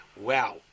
Wow